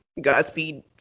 Godspeed